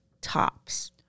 tops